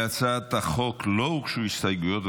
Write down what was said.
להצעת החוק לא הוגשו הסתייגויות,